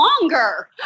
longer